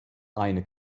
aynı